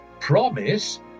promise